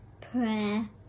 prayer